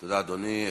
תודה, אדוני.